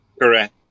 Correct